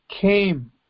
came